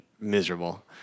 Miserable